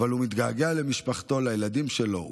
אבל הוא מתגעגע למשפחתו, לילדים שלו.